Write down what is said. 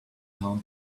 town